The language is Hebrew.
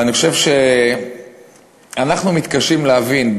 ואני חושב שאנחנו מתקשים להבין,